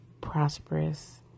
prosperous